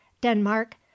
Denmark